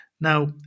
Now